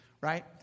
right